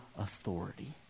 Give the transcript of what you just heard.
authority